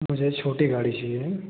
मुझे छोटी गाड़ी चाहिए